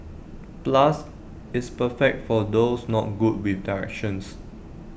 plus it's perfect for those not good with directions